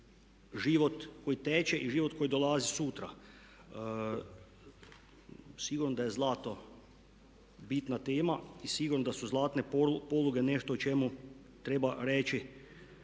život koji teče i život koji dolazi sutra. Sigurno da je zlato bitna tema i sigurno da su zlatne poluge nešto o čemu treba reći